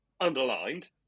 underlined